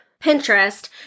Pinterest